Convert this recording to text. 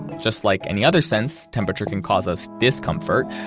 just like any other sense, temperature can cause us discomfort,